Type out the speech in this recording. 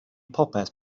popeth